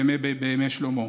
בימי שלמה.